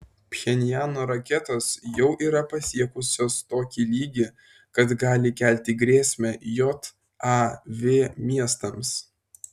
pchenjano raketos jau yra pasiekusios tokį lygį kad gali kelti grėsmę jav miestams